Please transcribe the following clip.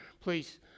please